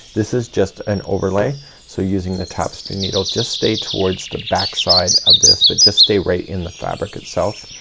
this is just an overlay so using the tapestry needle just stay towards the back side of this but just stay right in the fabric itself.